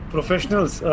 Professionals